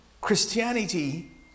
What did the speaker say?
Christianity